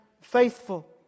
faithful